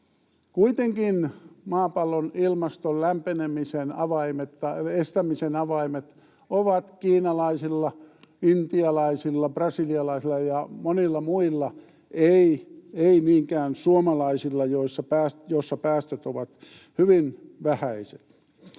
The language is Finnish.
Kuitenkin maapallon ilmaston lämpenemisen avaimet tai estämisen avaimet ovat kiinalaisilla, intialaisilla, brasilialaisilla ja monilla muilla, eivät niinkään suomalaisilla, joilla päästöt ovat hyvin vähäiset.